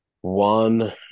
One